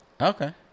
okay